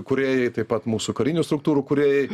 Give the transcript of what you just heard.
kūrėjai taip pat mūsų karinių struktūrų kūrėjai